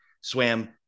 swam